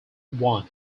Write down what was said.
one